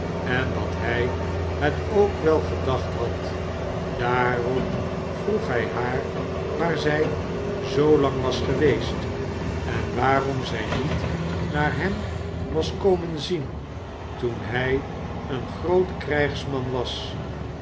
en dat hij het ook wel gedacht had daarop vroeg hij haar waar zij zoolang was geweest en waarom zij niet naar hem was komen zien toen hij een groot krijgsman was